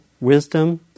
Wisdom